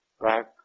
back